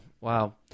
Wow